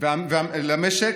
למשק